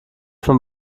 vom